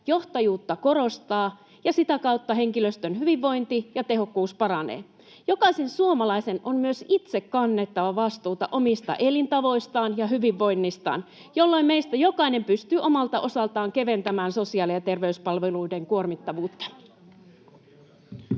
johtajuutta korostaa, ja sitä kautta henkilöstön hyvinvointi ja tehokkuus paranee. Jokaisen suomalaisen on myös itse kannettava vastuuta omista elintavoistaan ja hyvinvoinnistaan, jolloin meistä jokainen pystyy omalta osaltaan keventämään sosiaali- ja terveyspalveluiden kuormittavuutta.